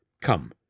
Come